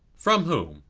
from whom?